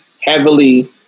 heavily